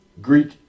Greek